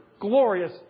glorious